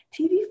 TV